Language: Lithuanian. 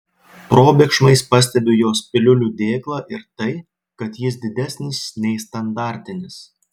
probėgšmais pastebiu jos piliulių dėklą ir tai kad jis didesnis nei standartinis